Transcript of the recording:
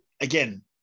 again